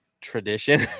tradition